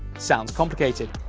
sounds complicated.